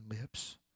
lips